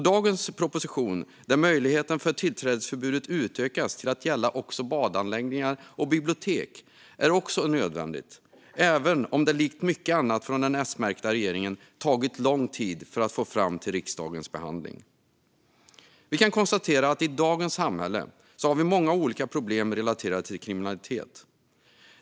Dagens proposition där möjligheten till tillträdesförbudet utökas till att gälla badanläggningar och bibliotek är också nödvändig, även om den likt mycket annat från den S-märkta regeringen har tagit lång tid att få fram till behandling i riksdagen. Vi kan konstatera att vi i dagens samhälle har många olika problem relaterade till kriminalitet.